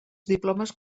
diplomes